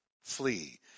Flee